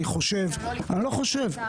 אני חושב --- וגם לא לפני 12:00,